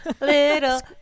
Little